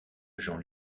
agent